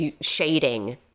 Shading